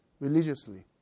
religiously